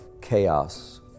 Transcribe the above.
chaos